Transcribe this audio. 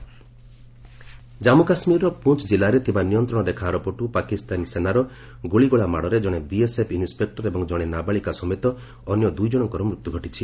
କେକେ ceasefire violation Jammu କାଶ୍ମୀରର ପୁଞ୍ କିଲ୍ଲାରେ ଥିବା ନିୟନ୍ତ୍ରଣରେଖା ଆରପଟୁ ପାକିସ୍ତାନ ସେନାର ଗୁଳିଗୋଳା ମାଡ଼ରେ ଜଣେ ବିଏସ୍ଏଫ୍ ଇନ୍ସେକ୍ଟର ଏବଂ ଜଣେ ନାବାଳିକା ସମେତ ଅନ୍ୟ ଦୁଇ ଜଶଙ୍କର ମୃତ୍ୟୁ ଘଟିଛି